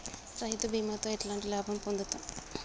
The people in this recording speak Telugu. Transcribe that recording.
రైతు బీమాతో ఎట్లాంటి లాభం పొందుతం?